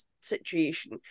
situation